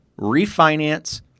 refinance